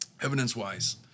evidence-wise